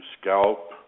scalp